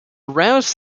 rouse